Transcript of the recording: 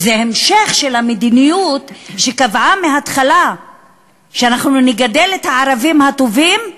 וזה המשך של המדיניות שקבעה מהתחלה ש-אנחנו נגדל את הערבים הטובים,